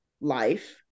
life